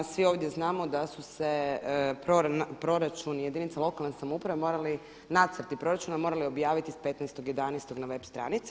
Svi ovdje znamo da su se proračuni jedinica lokalne samouprave morali, nacrti proračuna morali objaviti s 15.11. na web stranici.